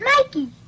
Mikey